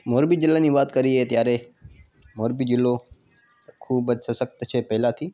મોરબી જિલ્લાની વાત કરીએ ત્યારે મોરબી જિલ્લો ખૂબ જ સશક્ત છે પહેલાંથી